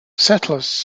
settlers